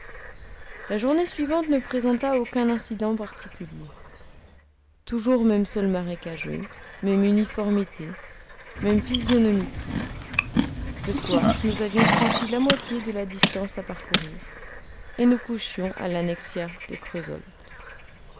la journée suivante ne présenta aucun incident particulier toujours même sol marécageux même uniformité même physionomie triste le soir nous avions franchi la moitié de la distance à parcourir et nous couchions à l'annexia de